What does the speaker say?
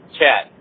chat